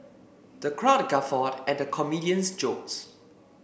the crowd guffawed at the comedian's jokes